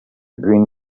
green